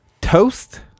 Toast